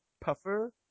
Puffer